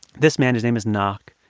this man, whose name is naakh,